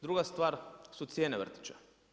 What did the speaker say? Druga stvar su cijene vrtića.